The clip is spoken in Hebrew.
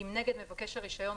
אם נגד מבקש הרישיון,